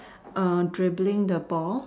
dribbling the ball